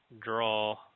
draw